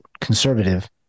conservative